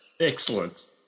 excellent